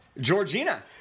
Georgina